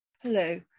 Hello